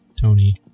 Tony